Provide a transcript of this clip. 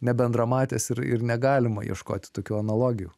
nebendramatės ir ir negalima ieškoti tokių analogijų